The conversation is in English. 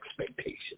expectations